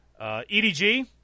EDG